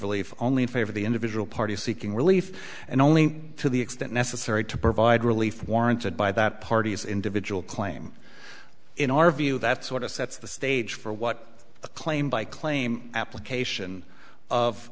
relief only in favor the individual party seeking relief and only to the extent necessary to provide relief warranted by that party's individual claim in our view that sort of sets the stage for what the claim by claim application of